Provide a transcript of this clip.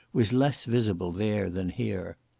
was less visible there than here.